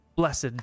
Blessed